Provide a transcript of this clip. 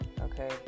okay